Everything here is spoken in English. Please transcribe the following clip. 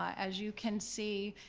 as you can see,